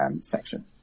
section